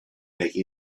make